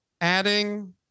Adding